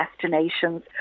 destinations